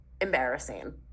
embarrassing